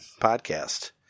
podcast